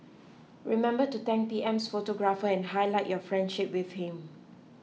remember to thank P M's photographer and highlight your friendship with him